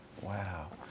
Wow